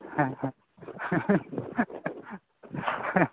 ᱦᱮᱸ ᱦᱮᱸ